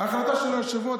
ההחלטה של היושב-ראש.